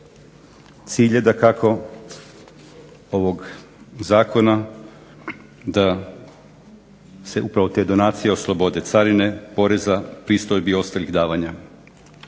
Cilj je dakako ovog zakona da se upravo te donacije oslobode carine, poreza, pristojbi i ostalih davanja.